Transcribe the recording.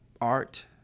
art